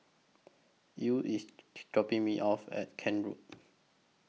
Ew IS dropping Me off At Kent Road